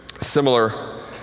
Similar